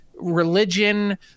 religion